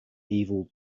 evil